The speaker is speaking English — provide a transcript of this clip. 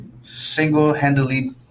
single-handedly